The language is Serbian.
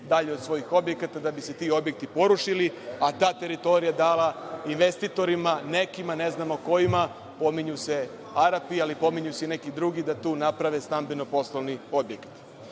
dalje od svojih objekata da bi se ti objekti porušili, a ta teritorija dala nekim investitorima, ne znamo kojima, pominju se Arapi, ali pominju se i neki drugi, da tu naprave stambeno-poslovni objekat.